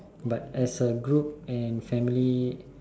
but as a group and family